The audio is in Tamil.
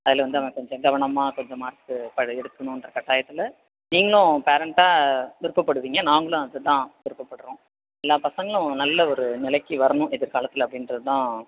அதில் வந்து அவன் கொஞ்சம் கவனமாக கொஞ்சம் மார்க்ஸு எடுக்கணுன்ற கட்டாயத்தில் நீங்களும் பேரன்ட்டாக விருப்பப்படுவிங்க நாங்களும் அதைத்தான் விருப்பப்படுகிறோம் எல்லா பசங்களும் நல்ல ஒரு நிலைக்கு வரணும் எதிர்காலத்தில் அப்படின்றது தான்